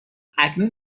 اکنون